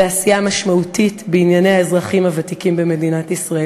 לעשייה משמעותית בענייני האזרחים הוותיקים במדינת ישראל.